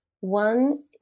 one